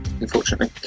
unfortunately